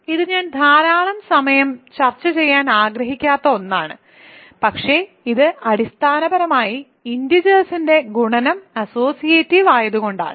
ഇത് ഞാൻ ധാരാളം സമയം ചർച്ച ചെയ്യാൻ ആഗ്രഹിക്കാത്ത ഒന്നാണ് പക്ഷേ ഇത് അടിസ്ഥാനപരമായി ഇന്റിജേഴ്സിന്റെ ഗുണനം അസ്സോസിയേറ്റീവ് ആയതുകൊണ്ടാണ്